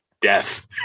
death